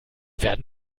werden